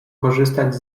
korzystać